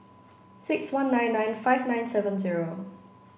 six one nine nine five nine seven zero